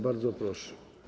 Bardzo proszę.